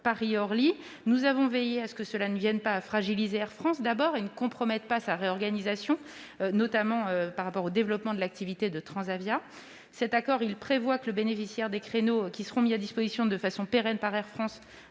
nous avons veillé à ce que cela ne fragilise pas Air France et ne compromette pas sa réorganisation, notamment le développement de l'activité de Transavia. Cet accord prévoit que le bénéficiaire des créneaux qui seront mis à disposition, de façon pérenne, par Air France